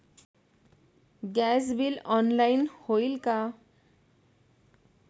Gas bill online होईल का?